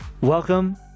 Welcome